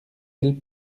elle